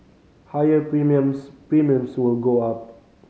higher premiums premiums will go up